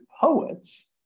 poets